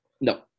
no